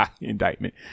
indictment